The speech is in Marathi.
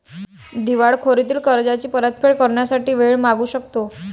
दिवाळखोरीत कर्जाची परतफेड करण्यासाठी वेळ मागू शकतो